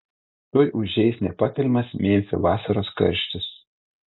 tuoj užeis nepakeliamas memfio vasaros karštis